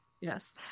Yes